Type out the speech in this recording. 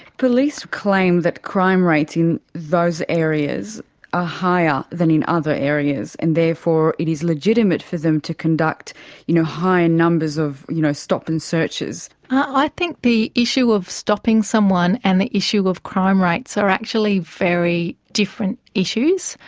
police claim that crime rates in those areas are ah higher than in other areas, and therefore it is legitimate for them to conduct you know high and numbers of you know stop and searches. i think the issue of stopping someone and the issue of crime rates are actually very different issues.